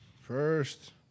first